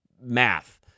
math